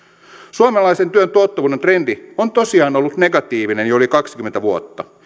suomalaisen työn tuottavuuden trendi on tosiaan ollut negatiivinen jo yli kaksikymmentä vuotta